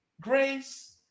Grace